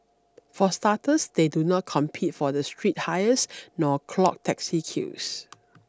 for starters they do not compete for the street hires nor clog taxi queues